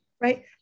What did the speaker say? right